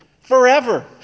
forever